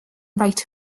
right